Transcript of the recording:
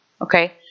okay